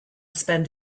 spend